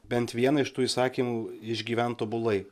bent vieną iš tų įsakymų išgyvent tobulai